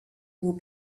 will